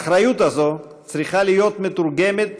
האחריות הזו צריכה להיות מתורגמת,